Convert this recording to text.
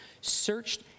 searched